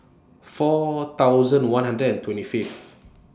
four thousand one hundred and twenty Fifth